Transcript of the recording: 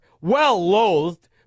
well-loathed